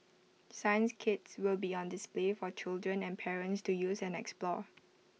science kits will be on display for children and parents to use and explore